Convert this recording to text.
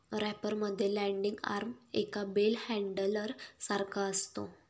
wrapper मध्ये landing arm एका bell handler सारखा असतो